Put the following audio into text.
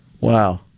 Wow